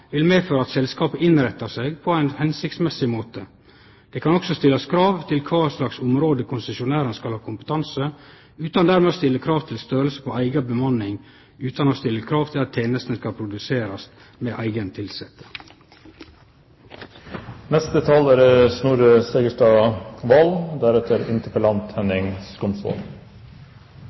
vil medføre at selskapet innrettar seg på ein hensiktsmessig måte. Det kan òg stillast krav til på kva område konsesjonæren skal ha kompetanse, utan dermed å stille krav til storleiken på eiga bemanning og utan å stille krav til at tenestene skal produserast med eigne tilsette. Det å konkurranseutsette drifts- og vedlikeholdsoppgaver av samfunnskritisk infrastruktur er ikke på noen måte en ny debatt. Det er